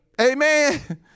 amen